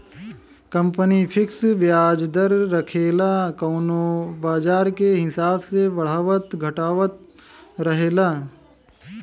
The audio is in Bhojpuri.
कंपनी फिक्स बियाज दर रखेला कउनो बाजार के हिसाब से बढ़ावत घटावत रहेला